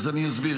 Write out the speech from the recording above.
אסביר.